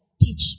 teach